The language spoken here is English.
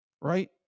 Right